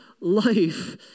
life